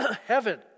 heaven